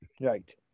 Right